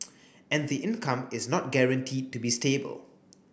and the income is not guaranteed to be stable